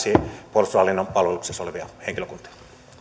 puolustushallinnon palveluksessa olevaa henkilökuntaa